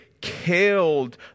killed